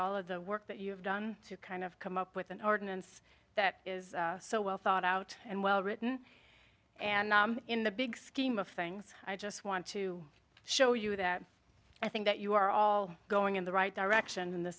all of the work that you have done to kind of come up with an ordinance that is so well thought out and well written and in the big scheme of things i just want to show you that i think that you are all going in the right direction in the